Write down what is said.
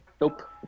nope